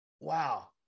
wow